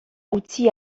utzi